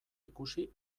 ikusi